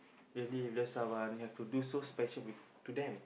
really love someone you've do so special with to them